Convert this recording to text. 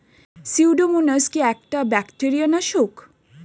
Pseudomonas কি একটা bacteria নাশক?